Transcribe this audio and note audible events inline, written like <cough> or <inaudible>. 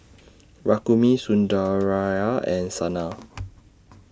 Rukmini Sundaraiah and Sanal <noise>